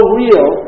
real